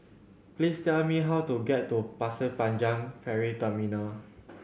please tell me how to get to Pasir Panjang Ferry Terminal